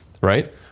right